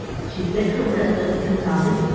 she bit her red lips and nodded,